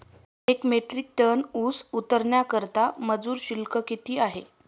एक metric ton ऊस उतरवण्याकरता मजूर शुल्क किती आहे?